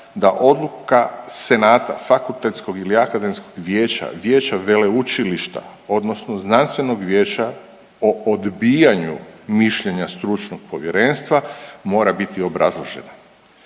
da odluka senata fakultetskog ili akademskog vijeća, vijeća veleučilišta, odnosno znanstvenog vijeća o odbijanju mišljenja stručnog povjerenstva mora biti obrazloženo.